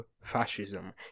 fascism